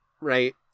right